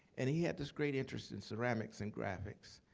and he had this great interest in ceramics and graphics.